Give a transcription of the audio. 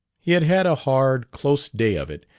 he had had a hard, close day of it,